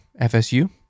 FSU